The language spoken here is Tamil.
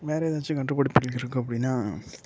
வேறு எதாச்சும் கண்டுபிடிப்புகள் இருக்கு அப்படின்னா